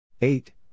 eight